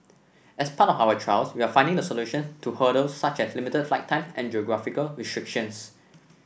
as part of our trials we are finding the solutions to hurdles such as limited flight times and geographical restrictions